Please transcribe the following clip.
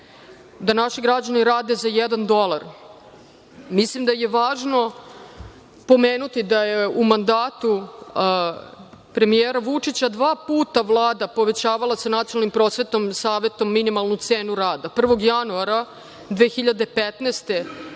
da naši građani rade za jedan dolar, mislim da je važno pomenuti da je u mandatu premijera Vučića dva puta Vlada povećavala sa Nacionalnim prosvetnim savetom minimalnu cenu rada, 1. januara 2015.